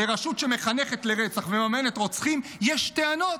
לרשות שמחנכת לרצח ומממנת רוצחים יש טענות,